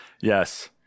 Yes